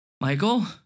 Michael